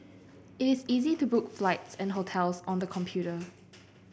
it is easy to book flights and hotels on the computer